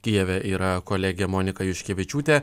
kijeve yra kolegė monika juškevičiūtė